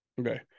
okay